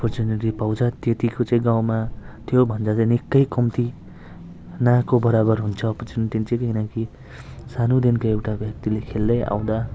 opportunity पाउँछ त्यतिको चाहिँ गाउँमा त्यो भन्दा चाहिँ निकै कम्ती नको बराबर हुन्छ अपर्चुनिटी चाहिँ किनकि सानोदेखिको एउटा व्यक्तिले खेल्दै आउँदा